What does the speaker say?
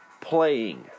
playing